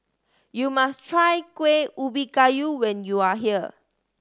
you must try Kuih Ubi Kayu when you are here